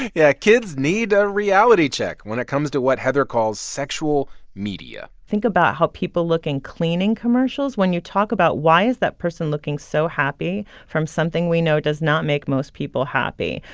yeah, kids need a reality check when it comes to what heather calls sexual media think about how people look in cleaning commercials. when you talk about why is that person looking so happy from something we know does not make most people happy,